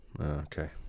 Okay